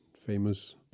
famous